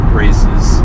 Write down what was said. races